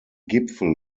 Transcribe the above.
gipfel